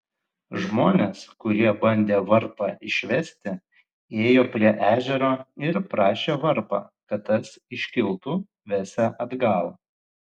žmonės kurie bandė varpą išvesti ėjo prie ežero ir prašė varpą kad tas iškiltų vesią atgal